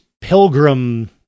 pilgrim